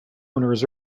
owners